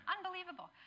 Unbelievable